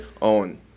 on